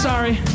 Sorry